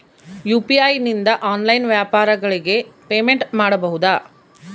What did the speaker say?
UPI ನಿಂದ online ವ್ಯಾಪಾರಗಳಿಗೆ payment ಮಾಡಬಹುದಾ?